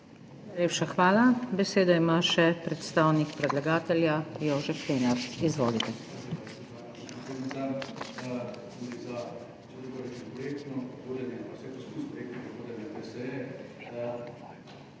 Najlepša hvala. Besedo ima še predstavnik predlagatelja Jožef Lenart. Izvolite.